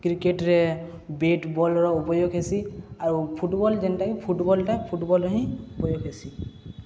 କ୍ରିକେଟ୍ରେ bat ball ଉପଯୋଗ ହେସି ଆଉ ଫୁଟବଲ୍ ଯେନ୍ଟାକି ଫୁଟବଲ୍ଟା ଫୁଟବଲ୍ ହିଁ ଉପଯୋଗ ହେସି